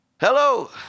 Hello